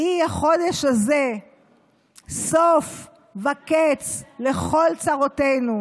יהי החודש הזה סוף וקץ לכל צרותינו,